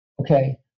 okay